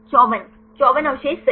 54 अवशेष सही